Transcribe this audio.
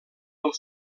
del